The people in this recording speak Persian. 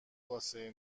واسه